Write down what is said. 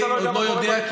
אני לא יודע.